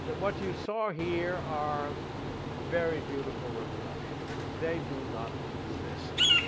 what you saw here are very beautiful reproductions. they do not exist.